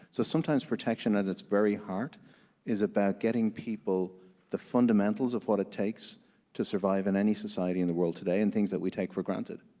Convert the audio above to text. so sometimes protection at its very heart is about getting people the fundamentals of what it takes to survive in any society in the world today, and things that we take for granted.